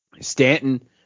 Stanton